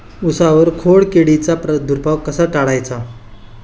उसावर खोडकिडीचा प्रादुर्भाव कसा टाळायचा?